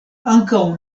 ankaŭ